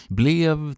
blev